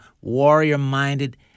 warrior-minded